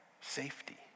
safety